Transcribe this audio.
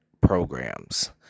programs